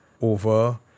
over